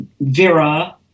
Vera